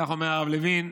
כך אומר הרב לוין,